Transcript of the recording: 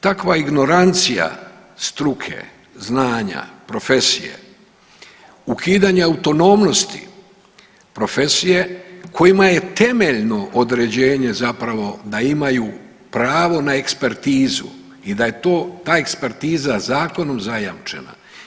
Takva ignorancija struke, znanja, profesije, ukidanja autonomnosti profesije kojima je temeljno određenje zapravo da imaju pravo na ekspertizu i da je ta ekspertiza zakonom zajamčena.